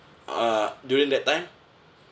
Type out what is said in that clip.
uh during that time